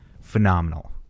phenomenal